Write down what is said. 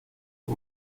dos